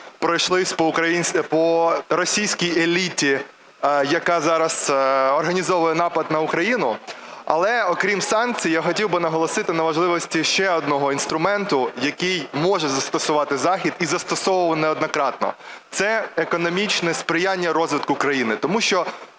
пройшлись по російській еліті, яка зараз організовує напад на Україну. Але, окрім санкцій, я хотів би наголосити на важливості ще одного інструменту, який може застосувати Захід, і застосовував неоднократно, це економічне сприяння розвитку країни. Тому що